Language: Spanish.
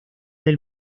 del